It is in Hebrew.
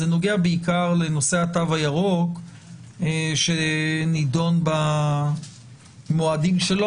זה נוגע בעיקר לנושא התו הירוק שנדון במועדים שלו